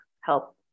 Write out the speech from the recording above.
help